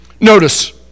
Notice